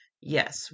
yes